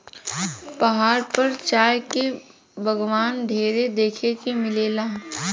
पहाड़ पर चाय के बगावान ढेर देखे के मिलेला